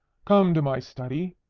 come to my study.